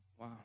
wow